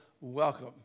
welcome